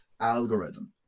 algorithm